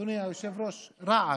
אדוני היושב-ראש, רעש.